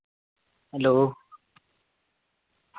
hello